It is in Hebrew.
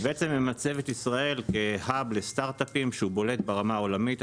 ובעצם ממצב את ישראל כהאב לסטארטאפים בולט ברמה העולמית.